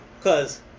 Cause